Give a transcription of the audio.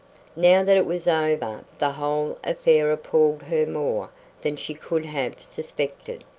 now that it was over the whole affair appalled her more than she could have suspected.